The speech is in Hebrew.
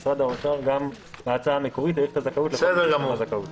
משרד האוצר גם בהצעה המקורית האריך את הזכאות לכל מי שהסתיימה זכאותו.